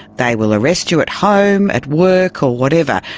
they will arrest you at home, at work or whatever.